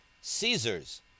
Caesar's